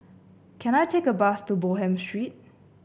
can I take a bus to Bonham Street